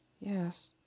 Yes